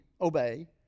obey